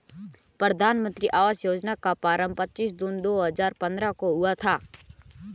प्रधानमन्त्री आवास योजना का आरम्भ पच्चीस जून दो हजार पन्द्रह को हुआ था